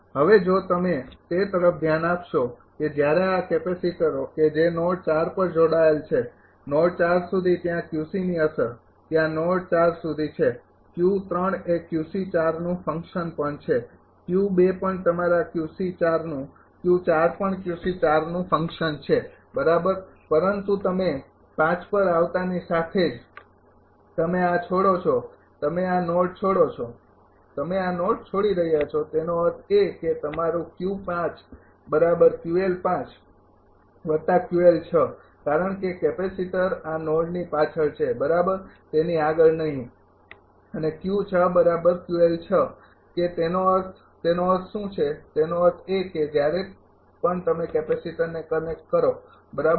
હવે જો તમે તે તરફ ધ્યાન આપશો કે જ્યારે આ કેપેસિટરો કે જે નોડ પર જોડાયેલ છે નોડ સુધી ત્યાં ની અસર ત્યાં નોડ સુધી છે એ નું ફંકશન પણ છે પણ તમારા નું પણ નું ફંકશન છે બરાબર પરંતુ તમે પર આવતાની સાથે જ તમે આ છોડો છો તમે આ નોડ છોડો છો તમે આ નોડ છોડી રહ્યાં છો તેનો અર્થ એ કે તમારું કારણ કે કેપેસિટર આ નોડની પાછળ છે બરાબર તેની આગળ નહીં અને કે તેનો અર્થ તેનો અર્થ શું છે તેનો અર્થ એ કે જ્યારે પણ તમે કેપેસિટરને કનેક્ટ કરો બરાબર